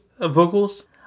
vocals